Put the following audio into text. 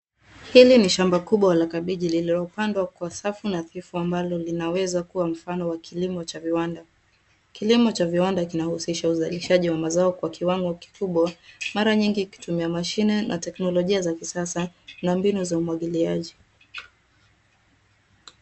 Hili ni shamba la kabeji lililopandwa kwa safu na ambalo inaweza kuwa mfano wa kilimo cha viwanda. Kilimo cha viwanda kinahusisha uzalishaji wa mazao kwa kiwango kikubwa. Mara nyingi ikitumia mashine na teknolojia ya kisasa na mbinu za umwangiliaji.